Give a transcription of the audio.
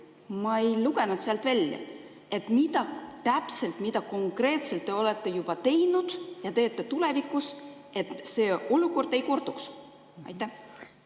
ma ei lugenud sealt välja. Mida täpselt, mida konkreetselt te olete juba teinud ja teete tulevikus, et see olukord ei korduks?